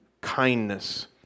kindness